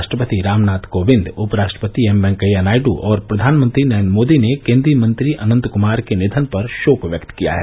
राष्ट्रपति रामनाथ कोविंद उपराष्ट्रपति एम वेंकैया नायड् और प्रधानमंत्री नरेन्द्र मोदी ने केन्द्रीय मंत्री अनंत कुमार के निवन पर शोक व्यक्त किया है